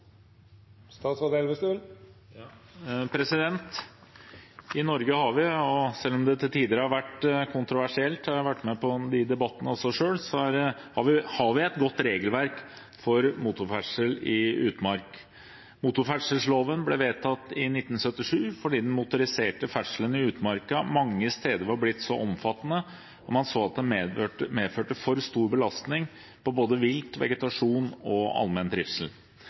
I Norge har vi – selv om det til tider har vært kontroversielt, jeg har også selv vært med på de debattene – et godt regelverk for motorferdsel i utmark. Motorferdselloven ble vedtatt i 1977 fordi den motoriserte ferdselen i utmarka mange steder var blitt så omfattende at man så at den medførte for stor belastning på både vilt, vegetasjon og allmenn trivsel. Ut fra et samfunnsmessig helhetssyn fant man det nødvendig å regulere motorferdselen. For å bevare natur, miljø, friluftsliv og allmenn trivsel